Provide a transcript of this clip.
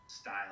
style